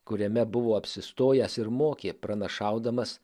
kuriame buvo apsistojęs ir mokė pranašaudamas